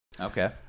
okay